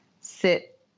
sit